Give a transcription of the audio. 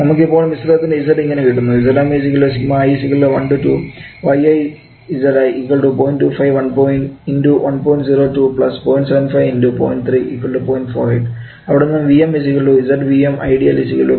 നമുക്ക് ഇപ്പോൾ മിശ്രിതത്തിൻറെ Z ഇങ്ങനെ കിട്ടുന്നു അവിടെനിന്നും 𝑉𝑚 𝑍𝑉𝑚 𝑖𝑑𝑒 𝑎𝑙 0